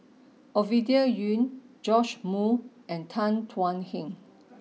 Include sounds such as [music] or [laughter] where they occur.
[noise] Ovidia Yu Joash Moo and Tan Thuan Heng